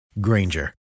Granger